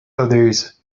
others